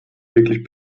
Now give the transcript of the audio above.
wirklich